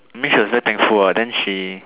I mean she was very thankful lah then she